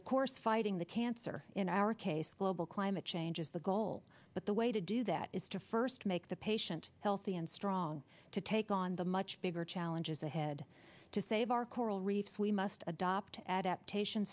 of course fighting the cancer in our case global climate change is the goal but the way to do that is to first make the patient healthy and strong to take on the much bigger challenges ahead to save our coral reefs we must adopt adaptation